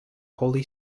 holy